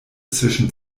zwischen